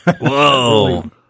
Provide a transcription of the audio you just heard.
Whoa